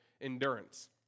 endurance